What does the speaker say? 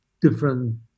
different